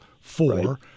four